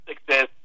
success